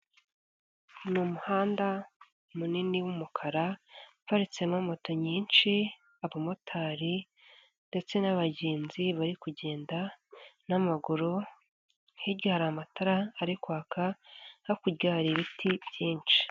Ni umuhanda munini w'umukara, uparitsemo moto nyinshi, abamotari ndetse n'abagenzi bari kugenda n'amaguru, hirya hari amatara ari kwaka, hakurya hari ibiti byinshi.